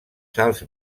sals